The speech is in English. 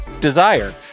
Desire